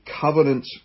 covenant